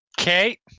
Okay